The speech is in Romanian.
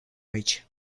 aici